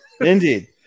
Indeed